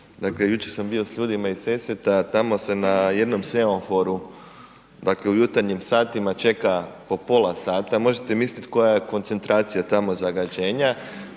Dakle, jučer sam bio s ljudima iz Sesveta, tamo se na jednom semaforu, dakle u jutarnjim satima čeka po pola sata, možete mislit koja je koncentracija tamo zagađenja.